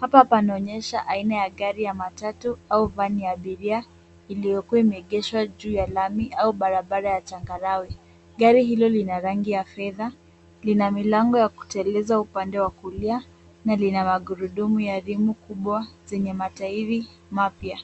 Hapa panaonyesha aina ya gari ya matatu au vani ya abiria iliyokuwa imeegeshwa juu ya lami au barabara ya changarawe. Gari hilo lina rangi ya fedha, lina milango ya kuteleza upande wa kulia na lina magurudumu ya rimu kubwa zenye matairi mapya.